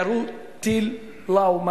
ירו טיל "לאו",